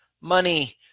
money